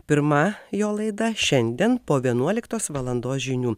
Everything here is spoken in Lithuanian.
pirma jo laida šiandien po vienuoliktos valandos žinių